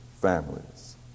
families